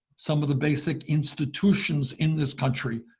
some of the basic institutions in this country,